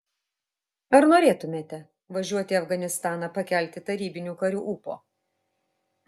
ar norėtumėte važiuoti į afganistaną pakelti tarybinių karių ūpo